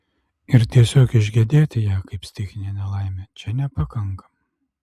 ir tiesiog išgedėti ją kaip stichinę nelaimę čia nepakanka